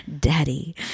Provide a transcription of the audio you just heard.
Daddy